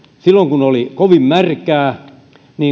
silloin kun oli kovin märkää